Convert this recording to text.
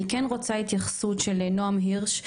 אני כן רוצה התייחסות של נעם הירש,